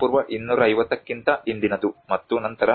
ಪೂ 250 ಕ್ಕಿಂತ ಹಿಂದಿನದು ಮತ್ತು ನಂತರ